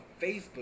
facebook